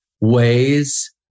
ways